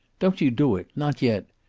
don't you do it not yet.